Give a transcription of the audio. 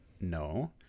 No